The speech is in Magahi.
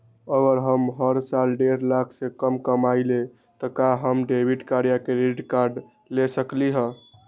अगर हम हर साल डेढ़ लाख से कम कमावईले त का हम डेबिट कार्ड या क्रेडिट कार्ड ले सकली ह?